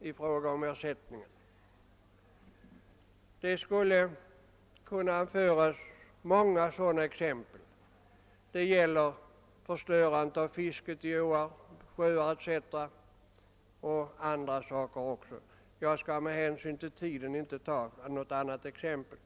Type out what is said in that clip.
i fråga om ersättning. Många sådana exempel skulle kunna anföras — t.ex. förstöring av fisket i åar och sjöar m. m, — men jag skall med hänsyn till tiden inte anföra fler exempel.